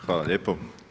Hvala lijepo.